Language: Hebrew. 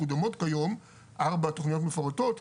ארבעת התוכניות המפורטות,